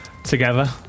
together